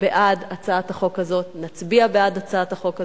בעד הצעת החוק הזאת, נצביע בעד הצעת החוק הזאת,